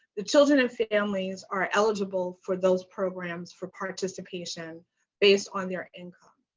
the children and families are eligible for those programs for participation based on their income.